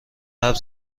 حرف